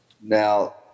Now